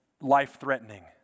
life-threatening